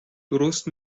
درست